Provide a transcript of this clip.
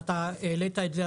ואתה העלית את זה,